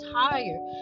tired